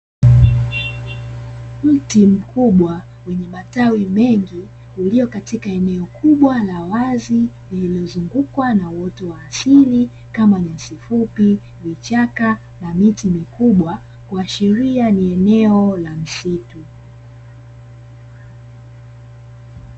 Mti mkubwa wenye matawi mengi ulio katika eneo kubwa la wazi linaozungukwa na uoto wa asili kama nyasi fupi, vichaka na miti mikubwa. Kuashiria ni eneo la msitu.